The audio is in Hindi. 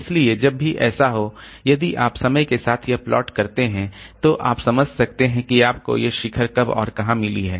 इसलिए जब भी ऐसा हो यदि आप समय के साथ यह प्लॉट करते हैं तो आप समझ सकते हैं कि आपको ये शिखर कब और कहाँ मिली हैं